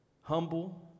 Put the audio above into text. humble